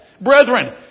Brethren